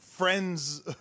Friends